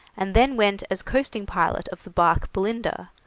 and then went as coasting pilot of the barque belinda,